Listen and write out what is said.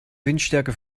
windstärke